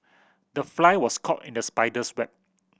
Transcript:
the fly was caught in the spider's web